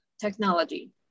technology